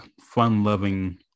fun-loving